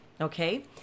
Okay